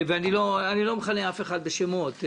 ואני לא מכנה אף אחד בשמות.